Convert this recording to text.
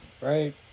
right